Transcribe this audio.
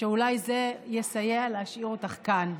שאולי זה יסייע להשאיר אותך כאן.